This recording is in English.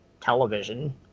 television